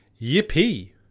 Yippee